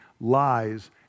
lies